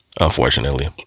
Unfortunately